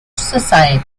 society